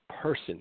person